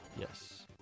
Yes